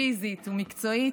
פיזית ומקצועית,